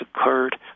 occurred